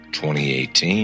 2018